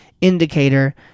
indicator